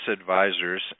Advisors